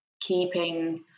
keeping